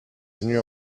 venus